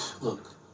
Look